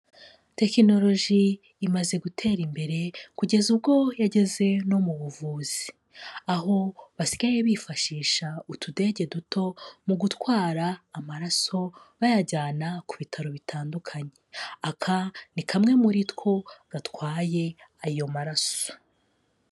Tekinoloji imaze gutera imbere kugeza ubwo yageze no mu buvuzi, aho basigaye bifashisha utudege duto mu gutwara amaraso bayajyana ku bitaro bitandukanye, aka ni kamwe muri two gatwaye ayo maraso.